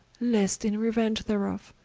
least in reuenge thereof,